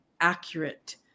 accurate